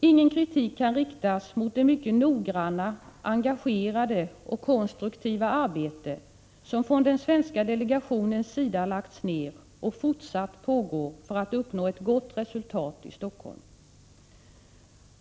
Ingen kritik kan riktas mot det mycket noggranna, engagerade och konstruktiva arbete som från den svenska delegationens sida lagts ned och fortsatt pågår för att uppnå ett gott resultat i Helsingfors.